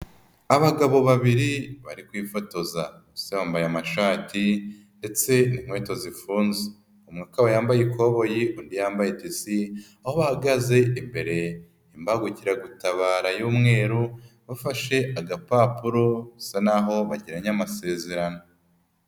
Abagabo babiri bari kwifotoza. Bose bambaye amashati ndetse inkweto zifunze. Umwe akaba yambaye ikoboyi undi yambayete itise. Aho bahagaze imbere y'imbagukiragutabara y'umweru. Bafashe agapapuro basa n'aho bagiranye amasezerano.